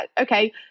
okay